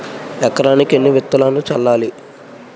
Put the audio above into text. ఎకరానికి ఎన్ని విత్తనాలు చల్లాలి?